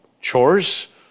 Chores